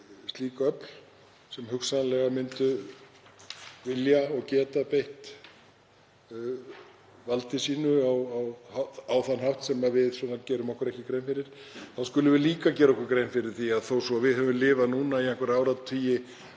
komið öfl sem hugsanlega myndu vilja geta beitt valdi sínu á þann hátt sem við gerum okkur ekki grein fyrir, þá skulum við líka gera okkur grein fyrir, því að þó svo að við höfum lifað núna í einhverja áratugi